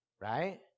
right